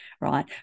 right